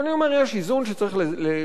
אבל אני אומר: יש איזון שצריך לקיים.